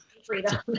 freedom